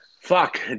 Fuck